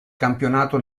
campionato